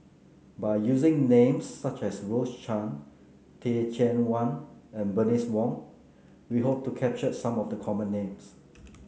by using names such as Rose Chan Teh Cheang Wan and Bernice Wong we hope to capture some of the common names